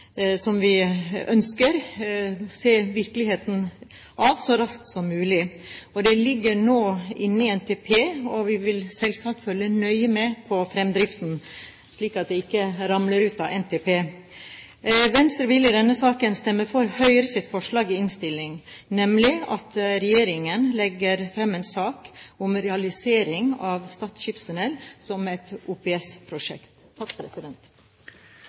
som vi ønsker – og ser viktigheten av – så raskt som mulig. Det ligger nå inne i NTP, og vi vil selvsagt følge nøye med på fremdriften, slik at det ikke ramler ut av NTP. Venstre vil i denne saken stemme for Høyres forslag i innstillingen, nemlig å be regjeringen legge fram en sak om realisering av Stad skipstunnel som et